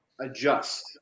adjust